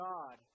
God